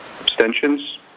Abstentions